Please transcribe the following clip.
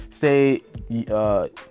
say